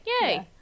Yay